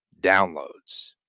downloads